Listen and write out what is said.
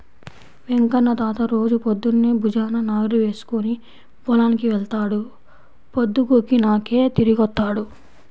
వెంకన్న తాత రోజూ పొద్దన్నే భుజాన నాగలి వేసుకుని పొలానికి వెళ్తాడు, పొద్దుగూకినాకే తిరిగొత్తాడు